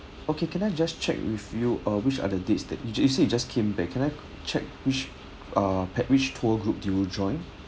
okay can I just check with you uh which are the dates that you said you just came back can I check which uh pack~ which tour group you joined